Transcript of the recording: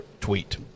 tweet